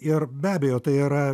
ir be abejo tai yra